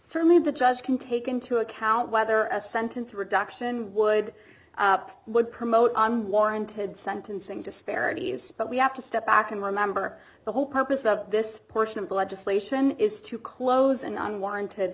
certainly the judge can take into account whether a sentence reduction would would promote on warranted sentencing disparities but we have to step back and remember the whole purpose of this portion of the legislation is to close an unwanted